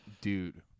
Dude